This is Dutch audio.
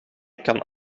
kan